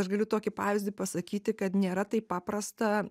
aš galiu tokį pavyzdį pasakyti kad nėra taip paprasta